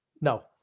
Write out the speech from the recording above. No